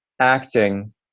acting